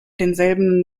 denselben